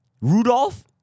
Rudolph